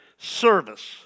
Service